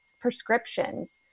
prescriptions